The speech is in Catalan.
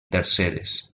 terceres